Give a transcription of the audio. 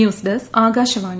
news desk Akashvani